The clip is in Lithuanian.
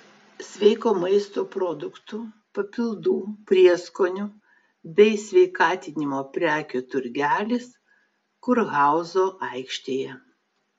sveiko maisto produktų papildų prieskonių bei sveikatinimo prekių turgelis kurhauzo aikštėje